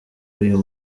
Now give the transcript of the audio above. uyu